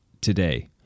today